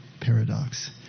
paradox